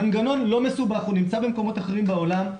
זה מנגנון לא מסובך, קיים במקומות אחרים בעולם.